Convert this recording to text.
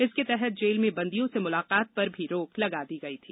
इसके तहत जेल में बंदियों से म्लाकात पर भी रोक लगा दी गई थी